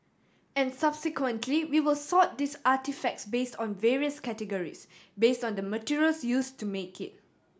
and subsequently we will sort these artefacts based on various categories based on the materials used to make it